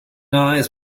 eyes